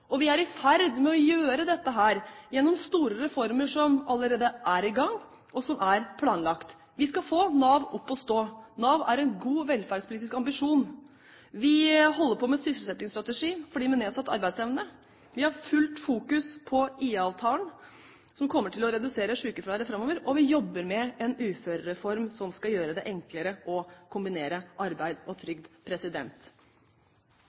Vi er i ferd med å gjøre dette gjennom store reformer som allerede er i gang, og som er planlagt. Vi skal få Nav opp og stå. Nav er en god velferdspolitisk ambisjon. Vi holder på med sysselsettingsstrategi for dem med nedsatt arbeidsevne. Vi har fullt fokus på IA-avtalen, som kommer til å redusere sykefraværet framover, og vi jobber med en uførereform som skal gjøre det enklere å kombinere arbeid og